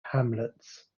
hamlets